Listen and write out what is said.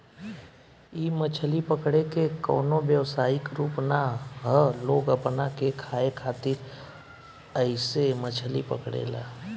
इ मछली पकड़े के कवनो व्यवसायिक रूप ना ह लोग अपना के खाए खातिर ऐइसे मछली पकड़े ले